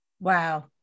Wow